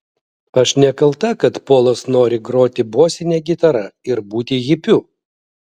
aš nekalta kad polas nori groti bosine gitara ir būti hipiu